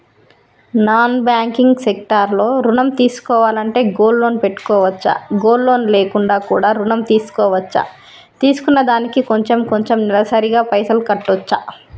Non banking sector లో ఋణం తీసుకోవాలంటే గోల్డ్ లోన్ పెట్టుకోవచ్చా? గోల్డ్ లోన్ లేకుండా కూడా ఋణం తీసుకోవచ్చా? తీసుకున్న దానికి కొంచెం కొంచెం నెలసరి గా పైసలు కట్టొచ్చా?